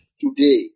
today